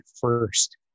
first